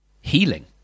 healing